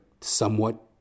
somewhat